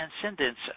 transcendence